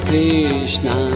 Krishna